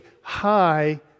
high